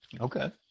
Okay